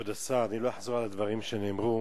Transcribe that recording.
כבוד השר, אני לא אחזור על דברים שנאמרו,